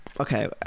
Okay